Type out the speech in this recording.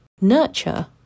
Nurture